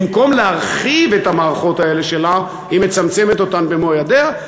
במקום להרחיב את המערכות האלה שלה היא מצמצמת אותן במו-ידיה,